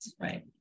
right